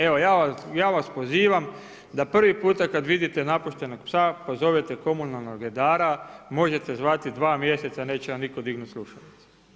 Evo ja vas pozivam da prvi puta kad vidite napuštenog psa pozovete komunalnog redara, možete zvati dva mjeseca neće vam nitko dignut slušalicu.